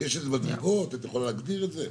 יש איזה מדרגות, את יכולה להגדיר את זה?